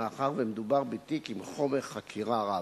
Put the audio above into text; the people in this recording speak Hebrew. מאחר שמדובר בתיק עם חומר חקירה רב.